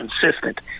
consistent